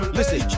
Listen